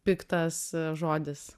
piktas žodis